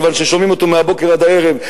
כיוון ששומעים אותו מהבוקר עד הערב,